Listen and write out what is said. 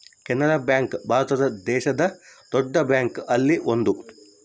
Canara bank Bharat ದೇಶದ್ ದೊಡ್ಡ bank ಅಲ್ಲಿ ಒಂದು